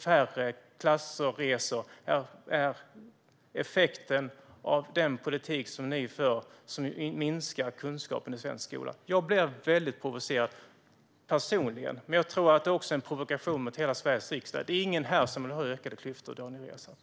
Färre klassresor är effekten av den politik som ni för, och det minskar kunskapen i svensk skola. Jag blir personligen väldigt provocerad. Men jag tror att det här även är en provokation mot hela Sveriges riksdag. Ingen här vill ha ökade klyftor, Daniel Riazat.